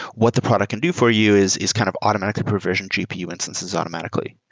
what the product can do for you is is kind of automatically provision gpu instances automatically.